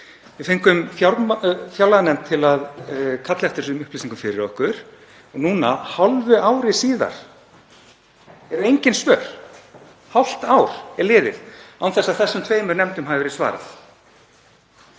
Við fengum fjárlaganefnd til að kalla eftir þessum upplýsingum fyrir okkur og nú hálfu ári síðar eru engin svör. Hálft ár er liðið án þess að þessum tveimur nefndum hafi verið svarað.